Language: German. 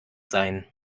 sein